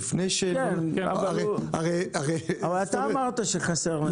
אבל אתה אמרת שחסרים נתונים.